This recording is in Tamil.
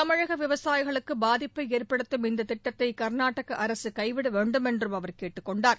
தமிழக விவசாயிகளுக்கு பாதிப்பை ஏற்படுத்தும் இந்த திட்டத்தை கர்நாடக அரசு கைவிட வேண்டும் என்றும் அவர் கேட்டுக் கொண்டார்